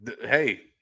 hey